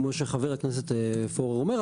כמו שחבר הכנסת פורר אומר,